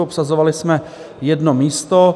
Obsazovali jsme jedno místo.